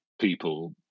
people